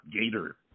Gator